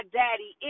daddy